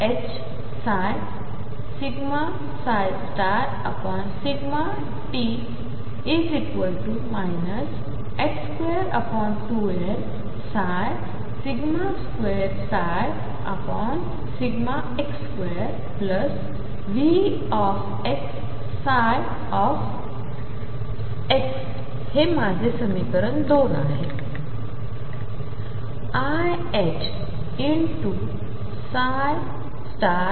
i iℏψ∂t 22m2x2Vxψ हेमाझेसमीकरणक्रमांक 2 आहे